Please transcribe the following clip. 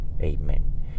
Amen